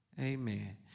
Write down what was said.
Amen